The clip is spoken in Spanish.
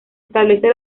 establece